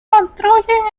construyen